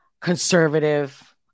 conservative